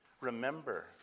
Remember